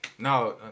No